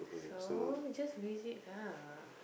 so just visit her